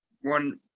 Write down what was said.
One